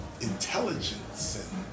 intelligence